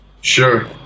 sure